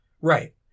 right